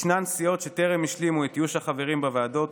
יש סיעות שטרם השלימו את איוש החברים בוועדות,